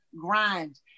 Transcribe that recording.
grind